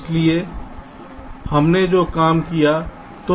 इसलिए हमने जो काम किया है